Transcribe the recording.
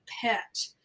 pet